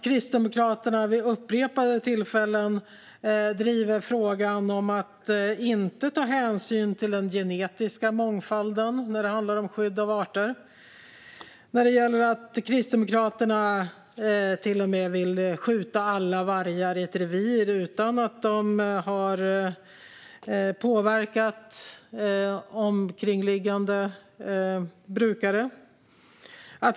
Kristdemokraterna har vid upprepade tillfällen drivit frågan att inte ta hänsyn till den genetiska mångfalden när det handlar om skydd av arter. Kristdemokraterna vill till och med skjuta alla vargar i ett revir utan att de har påverkat omkringliggande brukare.